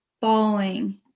falling